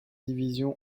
division